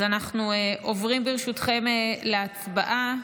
אז אנחנו עוברים, ברשותכם, להצבעה.